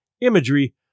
imagery